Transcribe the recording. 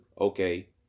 okay